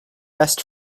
best